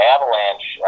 Avalanche